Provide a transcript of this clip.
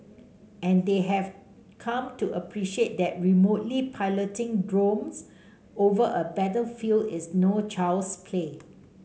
and they have come to appreciate that remotely piloting drones over a battlefield is no child's play